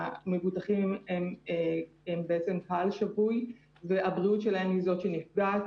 המבוטחים הם קהל שבוי והבריאות שלהם נפגעת.